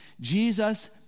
jesus